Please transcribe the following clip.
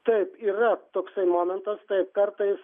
taip yra toksai momentas taip kartais